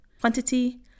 Quantity